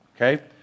Okay